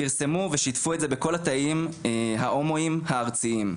פרסמו ושיתפו את זה בכל התאים ההומואים הארציים.